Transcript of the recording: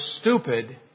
stupid